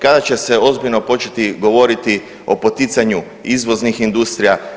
Kada će se ozbiljno početi govoriti o poticanju izvoznih industrija?